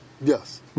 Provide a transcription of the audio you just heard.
Yes